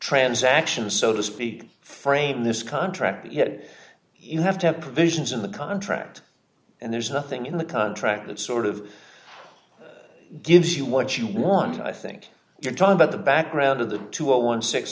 transaction so to speak frame this contract yet you have to have provisions in the contract and there's nothing in the contract that sort of gives you what you want i think you're talking about the background of the two